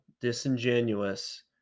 disingenuous